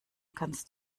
kannst